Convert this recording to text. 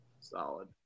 Solid